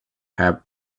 have